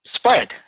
spread